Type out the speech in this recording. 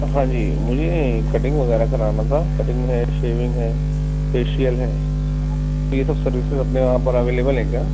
ہاں جی مجھے کٹنگ وغیرہ کرانا تھا کٹنگ ہے شیونگ ہے فیشیل ہے یہ سب سرویسز اپنے یہاں پر اویلیبل ہیں کیا